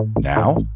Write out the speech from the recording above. Now